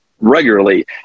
regularly